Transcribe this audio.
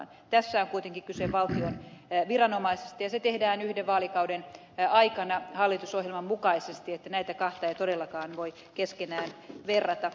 tässä on kuitenkin kyse valtion viranomaisista ja se tehdään yhden vaalikauden aikana hallitusohjelman mukaisesti joten näitä kahta ei todellakaan voi keskenään verrata